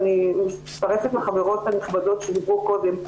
ואני מצטרפת לחברות הנכבדות שדיברו קודם.